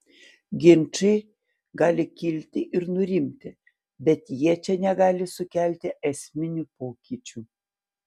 ginčai gali kilti ir nurimti bet jie čia negali sukelti esminių pokyčių